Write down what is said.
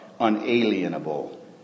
unalienable